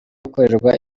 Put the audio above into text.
gukorerwa